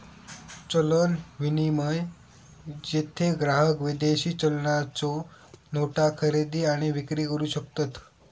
चलन विनिमय, जेथे ग्राहक विदेशी चलनाच्यो नोटा खरेदी आणि विक्री करू शकतत